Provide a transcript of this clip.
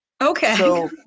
Okay